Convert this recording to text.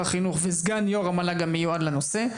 החינוך וסגן יו"ר המל"ג המיועד לנושא.